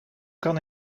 kan